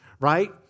right